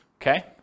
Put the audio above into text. okay